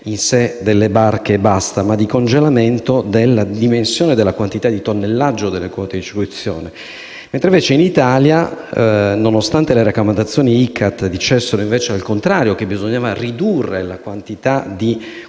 in sé delle barche, ma di congelamento della quantità di tonnellaggio delle quote di circuizione. In Italia, nonostante le raccomandazioni ICCAT dicessero il contrario, ovvero che bisognava ridurre la quantità di